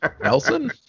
Nelson